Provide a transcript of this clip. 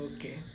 Okay